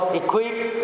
equipped